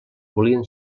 volien